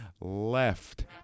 Left